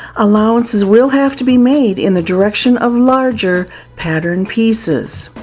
allowances will have to be made in the direction of larger pattern pieces.